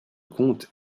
comte